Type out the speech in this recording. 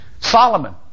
Solomon